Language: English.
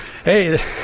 Hey